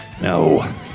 No